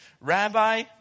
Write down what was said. Rabbi